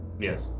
yes